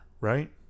Right